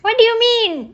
what do you mean